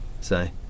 Say